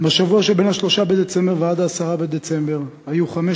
בשבוע שבין 3 בדצמבר ועד 10 בדצמבר היו חמש